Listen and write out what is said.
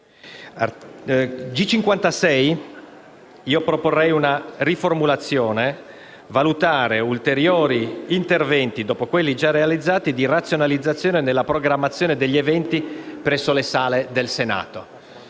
G56 propongo una riformulazione: «a valutare ulteriori interventi, dopo quelli già realizzati, di razionalizzazione nella programmazione degli eventi presso le sale del Senato».